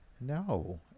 No